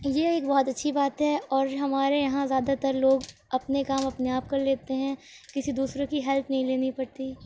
یہ ایک بہت اچھی بات ہے اور ہمارے یہاں زیادہ تر لوگ اپنے کام اپنے آپ کر لیتے ہیں کسی دوسرے کی ہیلپ نہیں لینی پڑتی